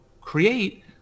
create